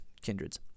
kindreds